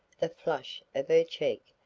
the flush of her cheek,